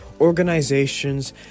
organizations